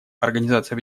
организация